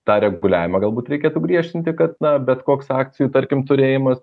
tą reguliavimą galbūt reikėtų griežtinti kad na bet koks akcijų tarkim turėjimas